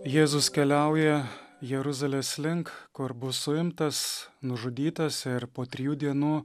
jėzus keliauja jeruzalės link kur bus suimtas nužudytas ir po trijų dienų